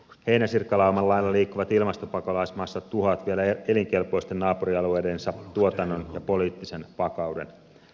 heinäsirkkalauman lailla liikkuvat ilmastopakolaismassat tuhoavat vielä elinkelpoisten naapurialueidensa tuotannon ja poliittisen vakauden